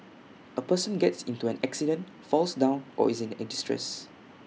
A person gets into an accident falls down or is in distress